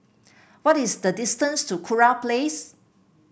what is the distance to Kurau Place